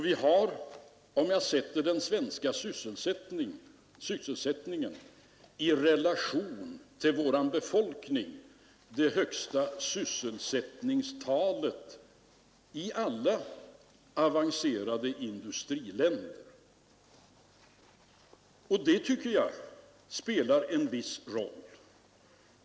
Vi har, om jag sätter den svenska sysselsättningen i relation till vår befolkning det högsta sysselsättningstalet i alla avancerade industriländer. Det tycker jag spelar en viss roll.